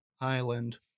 Island